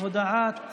הודעת